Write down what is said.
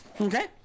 Okay